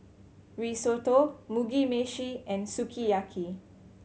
Risotto Mugi Meshi and Sukiyaki